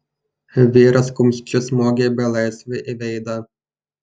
vyras kumščiu smogė belaisviui į veidą